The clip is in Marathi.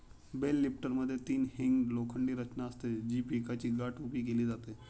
बेल लिफ्टरमध्ये तीन हिंग्ड लोखंडी रचना असते, जी पिकाची गाठ उभी केली जाते